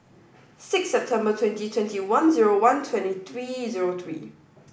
six September twenty twenty one zero one twenty three zero three